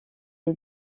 est